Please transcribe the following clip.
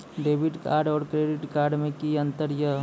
Debit card और credit card मे कि अंतर या?